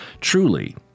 truly